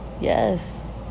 Yes